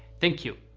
thank you!